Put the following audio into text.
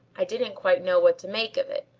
i didn't quite know what to make of it,